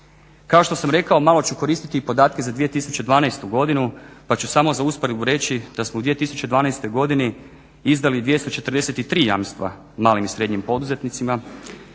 Kao što sam rekao malo ću koristiti podatke za 2012. godinu pa ću samo za usporedbu reći da smo u 2012. godini izdali 243 jamstva malim i srednjim poduzetnicima,